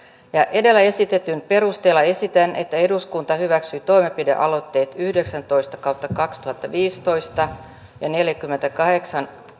edellä esitetyn perusteella esitän että eduskunta hyväksyy toimenpidealoitteet yhdeksäntoista kautta kaksituhattaviisitoista ja neljäkymmentäkahdeksan